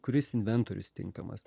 kuris inventorius tinkamas